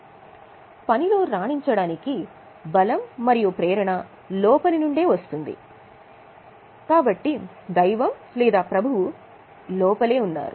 కాబట్టి పనిలో రాణించడానికి బలం మరియు ప్రేరణ లోపలి నుండే వస్తుంది కాబట్టి దైవం లేదా ప్రభువు లోపల ఉన్నారు